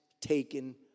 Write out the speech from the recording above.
taken